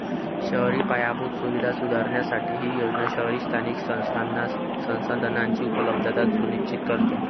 शहरी पायाभूत सुविधा सुधारण्यासाठी ही योजना शहरी स्थानिक संस्थांना संसाधनांची उपलब्धता सुनिश्चित करते